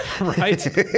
Right